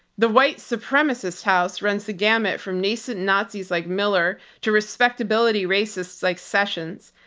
the white supremacist house runs the gamut from nascent nazis like miller to respectability racists like sessions,